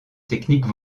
technique